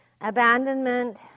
Abandonment